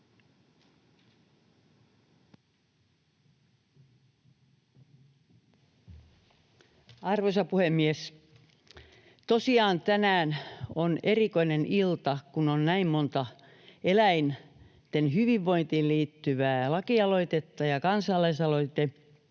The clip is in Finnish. Arvoisa puhemies! Tosiaan tänään on erikoinen ilta, kun on näin monta eläinten hyvinvointiin liittyvää lakialoitetta ja kansalaisaloite,